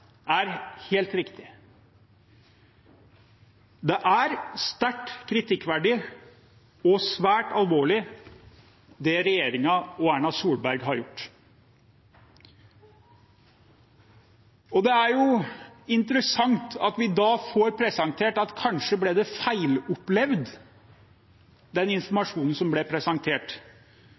er helt riktig. Det er sterkt kritikkverdig og svært alvorlig det regjeringen og statsminister Erna Solberg har gjort. Og det er jo interessant at vi i dag får presentert at kanskje ble den feilopplevd, den informasjonen som ble presentert.